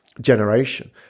generation